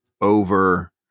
over